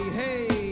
hey